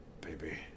Baby